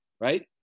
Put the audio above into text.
right